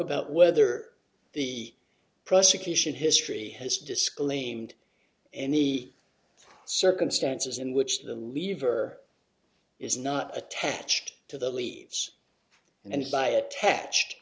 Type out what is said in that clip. about whether the prosecution history has disclaimed any circumstances in which the lever is not attached to the leaves and by attached